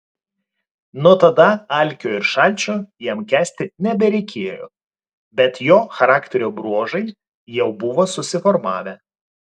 nuo tada alkio ir šalčio jam kęsti nebereikėjo bet jo charakterio bruožai jau buvo susiformavę